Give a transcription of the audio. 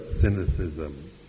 cynicism